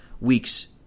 weeks